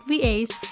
VAs